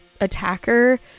attacker